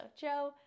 Joe